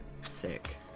Sick